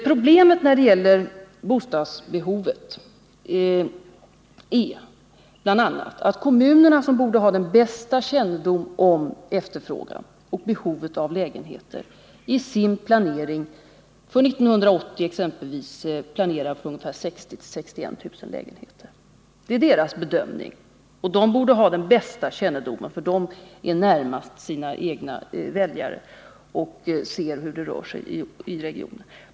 Problemet när det gäller att bedöma bostadsbehovet är bl.a. att kommunerna, som borde ha den bästa kännedomen om efterfrågan på och behovet av lägenheter, för exempelvis 1980 planerar för 60 000 å 61 000 lägenheter. Det är kommunernas bedömning, och kommunerna borde ha den bästa kännedomen om behovet, eftersom man i kommunerna står närmast sina egna väljare och ser hur det rör sig i regionen.